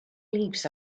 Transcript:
leaves